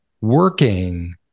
working